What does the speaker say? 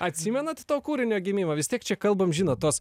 atsimenat to kūrinio gimimą vis tiek čia kalbam žinot tos